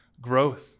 growth